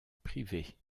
privée